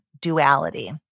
duality